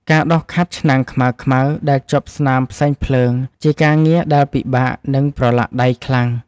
ការដុសខាត់ឆ្នាំងខ្មៅៗដែលជាប់ស្នាមផ្សែងភ្លើង ជាការងារដែលពិបាក និងប្រឡាក់ដៃខ្លាំង។